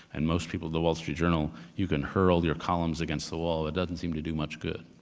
and most people the wall street journal, you can hurl your columns against the wall. it doesn't seem to do much good.